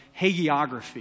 hagiography